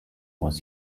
was